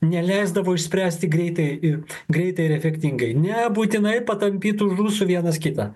neleisdavo išspręsti greitai i greitai ir efektingai nebūtinai patampyt už ūsų vienas kitą